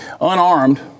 Unarmed